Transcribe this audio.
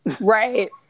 Right